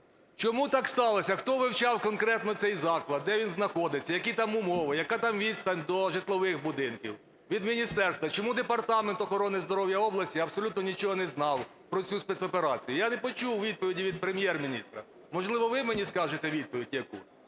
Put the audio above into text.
Чому так сталося? Хто вивчав конкретно цей заклад? Де він знаходиться? Які там умови, яка там відстань до житлових будинків? Від міністерства. Чому Департамент охорони здоров'я області абсолютно нічого не знав про цю спецоперацію? Я не почув відповіді від Прем'єр-міністра. Можливо, ви мені скажете відповідь якусь?